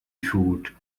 fooled